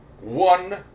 one